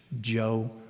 Joe